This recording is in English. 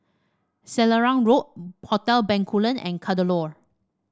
Selarang Road Hotel Bencoolen and Kadaloor